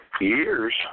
years